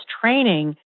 training